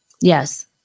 Yes